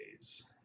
days